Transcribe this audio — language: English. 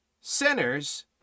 sinners